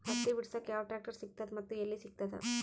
ಹತ್ತಿ ಬಿಡಸಕ್ ಯಾವ ಟ್ರಾಕ್ಟರ್ ಸಿಗತದ ಮತ್ತು ಎಲ್ಲಿ ಸಿಗತದ?